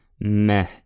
meh